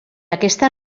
aquesta